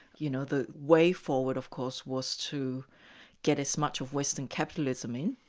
you know, the way forward of course was to get as much of western capitalism in,